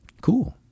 cool